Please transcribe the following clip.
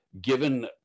given